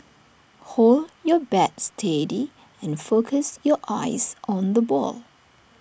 hold your bat steady and focus your eyes on the ball